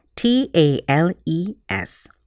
T-A-L-E-S